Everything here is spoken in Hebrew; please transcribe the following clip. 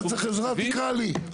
אם אתה צריך עזרה, תקרא לי.